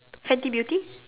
Fenty Beauty